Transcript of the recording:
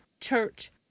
church